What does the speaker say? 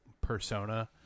persona